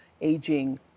aging